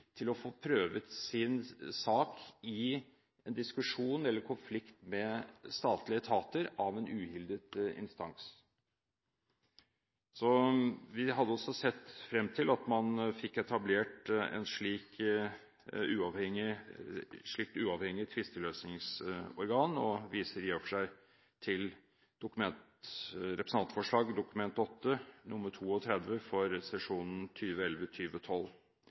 til å få prøvd sin sak i en diskusjon eller konflikt med statlige etater av en uhildet instans. Vi hadde også sett frem til at man fikk etablert et slikt uavhengig tvisteløsningsorgan, og jeg viser til representantforslag, Dokument 8:32 for